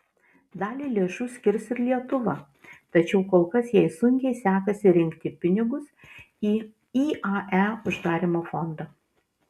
dalį lėšų skirs ir lietuva tačiau kol kas jai sunkiai sekasi rinkti pinigus į iae uždarymo fondą